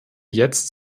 jetzt